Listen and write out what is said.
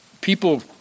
people